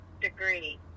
degree